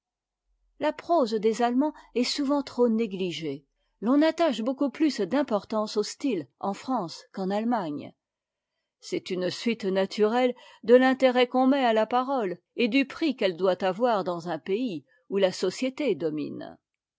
la prose des allemands est souvent trop négligée l'on attache beaucoup plus d'importance au style en france qu'en allemàgne c'est une suite naturelle de l'intérêt qu'on met à la parole et du prix qu'elle doit avoir dans un pays où la société domine